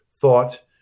thought